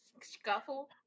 Scuffle